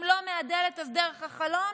אם לא מהדלת אז דרך החלון.